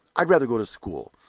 i'd rather go to school.